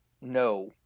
no